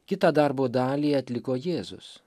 kitą darbo dalį atliko jėzus